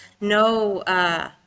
no